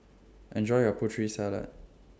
Enjoy your Putri Salad